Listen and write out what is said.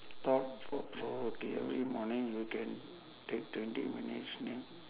thought po~ provoking every morning you can take twenty minutes n~